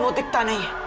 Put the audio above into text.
so the genie